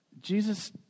Jesus